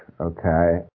okay